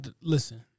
Listen